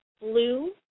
Blue